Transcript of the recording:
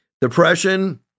depression